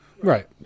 Right